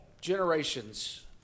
generations